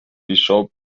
dijon